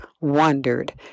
wondered